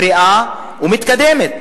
בריאה ומתקדמת.